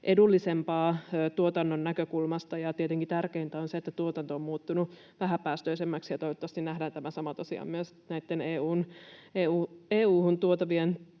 edullisempaa tuotannon näkökulmasta, ja tietenkin tärkeintä on se, että tuotanto on muuttunut vähäpäästöisemmäksi, ja toivottavasti nähdään tämä sama tosiaan myös näitten EU:hun tuotavien